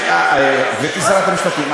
גברתי שרת המשפטים,